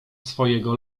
swojego